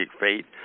fate